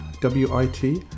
W-I-T